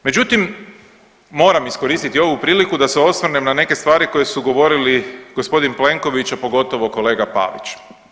Međutim, moram iskoristiti ovu priliku da se osvrnem na neke stvari koje su govorili g. Plenković, a pogotovo kolega Pavić.